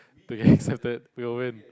to get accepted we will win